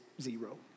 zero